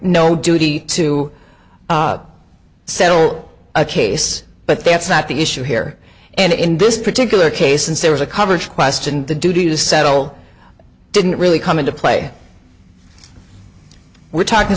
no duty to settle a case but that's not the issue here and in this particular case since there was a coverage question and the duty to settle didn't really come into play we're talking